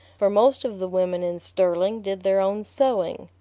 for most of the women in sterling did their own sewing.